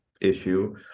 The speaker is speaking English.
issue